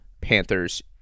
Panthers